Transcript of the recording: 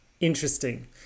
Interesting